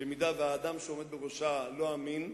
ובמידה שהאדם שעומד בראשה לא אמין,